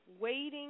Waiting